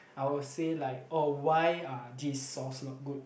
I will say like oh why are this source not good